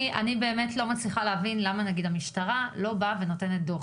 אני באמת לא מצליחה להבין למה המשטרה לא באה ונותנת דו"ח.